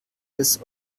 des